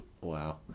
Wow